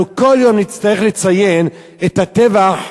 אנחנו כל יום נצטרך לציין את הטבח,